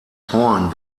horn